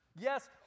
Yes